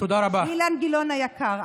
אילן גילאון היקר,